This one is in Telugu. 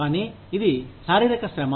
కానీ ఇది శారీరక శ్రమ